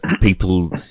people